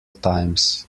times